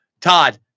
Todd